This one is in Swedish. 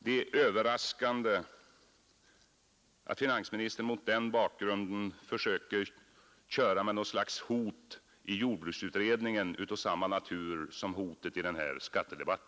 Det är överraskande att finansministern mot den bakgrunden försöker köra med något slags hot i jordbruksutredningen av samma natur som hotet i denna skattedebatt.